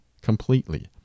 completely